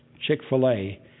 Chick-fil-A